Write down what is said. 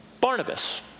Barnabas